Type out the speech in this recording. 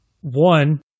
One